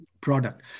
product